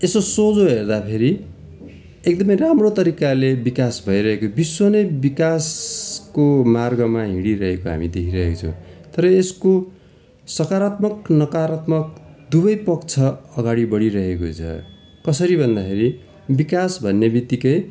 यसो सोझो हेर्दाखेरि एकदमै राम्रो तरिकाले विकास भइरहेको विश्व नै विकासको मार्गमा हिँडिरहेको हामी देखिरहेको छौँ तर यसको सकारात्मक नकारात्मक दुवै पक्ष अगाडि बढिरहेको छ कसरी भन्दाखेरि विकास भन्ने बित्तिकै